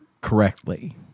correctly